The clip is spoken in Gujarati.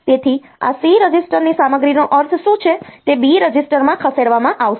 તેથી આ C રજિસ્ટરની સામગ્રીનો અર્થ શું છે તે B રજિસ્ટરમાં ખસેડવામાં આવશે